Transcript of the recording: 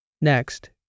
Next